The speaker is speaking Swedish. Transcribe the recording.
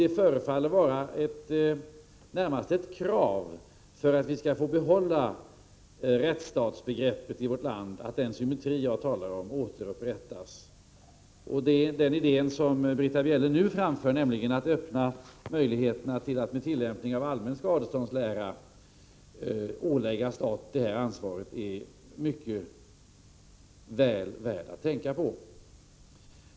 Det förefaller vara närmast ett krav för att vi skall få behålla rättsstatsbegreppet i vårt land att den symmetri jag talar om återupprättas. Den idé som Britta Bjelle senast framförde, att öppna möjligheter att med tillämpning av allmän skadeståndslära ålägga staten detta ansvar, är mycket väl värd att tänka på.